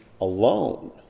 alone